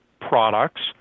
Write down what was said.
products